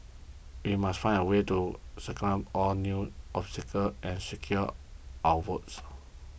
we must find a way to circumvent all these new obstacles and secure our votes